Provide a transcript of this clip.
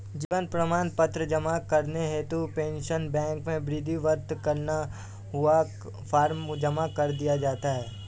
जीवन प्रमाण पत्र जमा करने हेतु पेंशन बैंक में विधिवत भरा हुआ फॉर्म जमा कर दिया जाता है